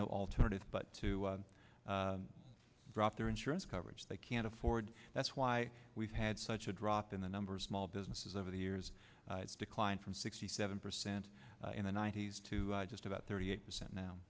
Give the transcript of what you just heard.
no alternative but to drop their insurance coverage they can't afford that's why we've had such a drop in the numbers mall businesses over the years it's declined from sixty seven percent in the ninety's to just about thirty eight percent now